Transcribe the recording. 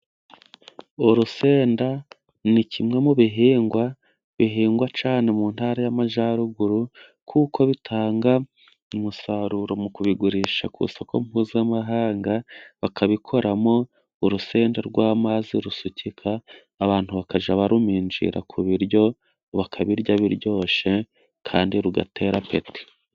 Urusenda ni kimwe mu bihingwa bihingwa cyane mu Ntara y'Amajyaruguru kuko bitanga umusaruro mu kubigurisha ku isoko mpuzamahanga, bakabikoramo urusenda rw'amazi rusukika, abantu bakajya baruminjira ku biryo bakabirya biryoshye kandi rugatera apeti.